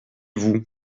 vous